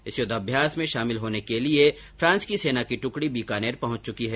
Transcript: इस युद्धाभ्यास में शामिल होने के लिए फ्रांस की सेना की टुकडी बीकानेर पहुंच चुकी है